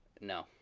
No